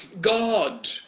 God